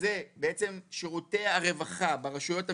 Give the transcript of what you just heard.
שזה בעצם שירותי הרווחה ברשויות המקומיות.